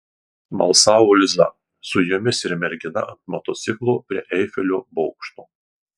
smalsavo liza su jumis ir mergina ant motociklo prie eifelio bokšto